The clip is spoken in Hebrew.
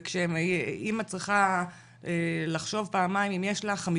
ושאימא צריכה לחשוב פעמיים אם יש לה 5